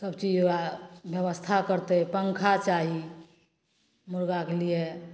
सब चीज ओकरा व्यवस्था करतै पँखा चाही मुर्गाके लिये